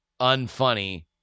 unfunny